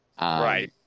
right